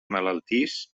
malaltís